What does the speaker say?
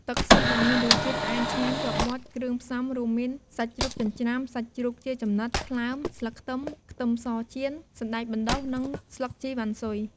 ទឹកស៊ុបដែលមានរសជាតិផ្អែមឆ្ងាញ់ជាប់មាត់ គ្រឿងផ្សំរួមមានសាច់ជ្រូកចិញ្ច្រាំ សាច់ជ្រូកជាចំណិត ថ្លើម ស្លឹកខ្ទឹម ខ្ទឹមសចៀន សណ្ដែកបណ្ដុះ និងស្លឹកជីរវ៉ាន់ស៊ុយ។